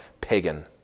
pagan